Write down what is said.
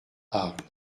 arles